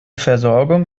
versorgung